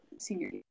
senior